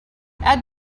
add